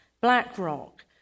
BlackRock